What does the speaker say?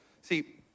See